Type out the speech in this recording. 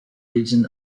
region